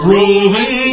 Rolling